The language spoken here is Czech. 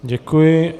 Děkuji.